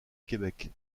québec